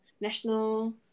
national